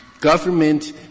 government